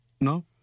No